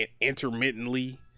intermittently